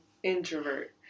Introvert